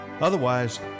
Otherwise